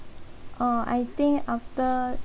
uh I think after